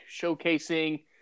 showcasing